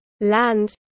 land